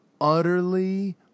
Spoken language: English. utterly